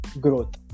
growth